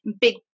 big